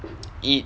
it